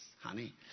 honey